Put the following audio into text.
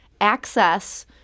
access